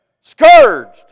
scourged